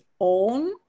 own